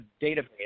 database